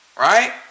right